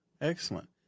Excellent